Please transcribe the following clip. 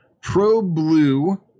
ProBlue